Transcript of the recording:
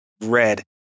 red